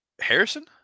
Harrison